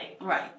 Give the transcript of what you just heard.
Right